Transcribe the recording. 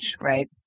right